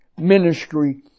ministry